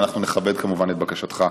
ואנחנו נכבד כמובן את בקשתך.